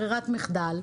ברירת מחדל,